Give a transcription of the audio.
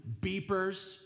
beepers